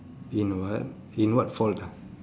in what in what fault ah